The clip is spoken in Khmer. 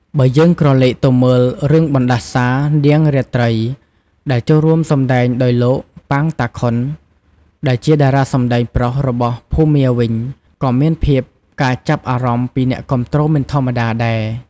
បើយើងក្រឡេកទៅមើលរឿងបណ្ដាសានាងរាត្រីដែលចូលរួមសម្តែងដោយលោក ប៉ាង តាខុន ដែលជាតារាសម្តែងប្រុសរបស់ភូមាវិញក៏មានភាពការចាប់អារម្មណ៍ពីអ្នកគាំទ្រមិនធម្មតាដែរ ។